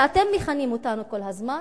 שאתם מכנים אותנו בו כל הזמן,